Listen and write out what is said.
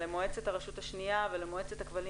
למועצת הרשות השניה ולמועצת הכבלים